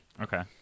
Okay